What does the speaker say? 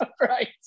Right